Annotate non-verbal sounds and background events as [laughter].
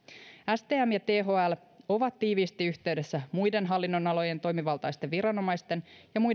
stm ja [unintelligible] thl ovat tiiviisti yhteydessä muiden hallinnonalojen toimivaltaisten viranomaisten ja